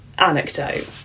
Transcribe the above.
anecdote